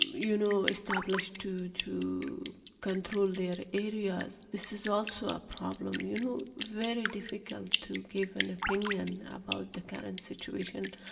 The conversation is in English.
you know, established to to control their areas, this is also a problem, you know very difficult to give an opinion about the current situation,